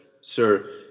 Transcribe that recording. Sir